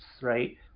right